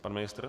Pan ministr?